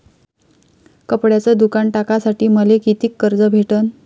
कपड्याचं दुकान टाकासाठी मले कितीक कर्ज भेटन?